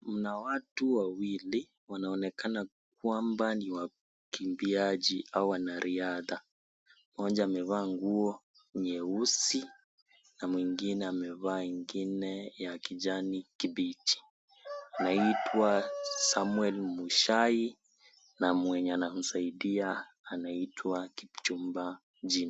Mna watu wawili, wanaonekana kwamba ni wakimbiaji au wanariadha. Mmoja amevaa nguo nyeusi na mwingine amevaa ingine ya kijani kibichi, anaitwa Samuel Muchai na anayemsaidia anaitwa Kipchumba.